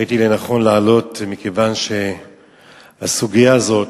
ראיתי לנכון להעלות מכיוון שהסוגיה הזאת,